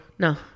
No